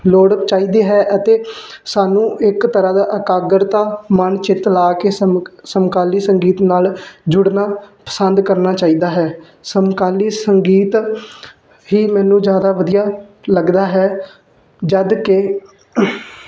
ਲੋੜ ਚਾਹੀਦੀ ਹੈ ਅਤੇ ਸਾਨੂੰ ਇੱਕ ਤਰ੍ਹਾਂ ਦਾ ਇਕਾਗਰਤਾ ਮਨ ਚਿੱਤ ਲਾ ਕੇ ਸਮ ਸਮਕਾਲੀ ਸੰਗੀਤ ਨਾਲ ਜੁੜਨਾ ਪਸੰਦ ਕਰਨਾ ਚਾਹੀਦਾ ਹੈ ਸਮਕਾਲੀ ਸੰਗੀਤ ਹੀ ਮੈਨੂੰ ਜਿਆਦਾ ਵਧੀਆ ਲੱਗਦਾ ਹੈ ਜਦ ਕਿ